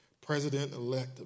President-elect